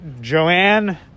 Joanne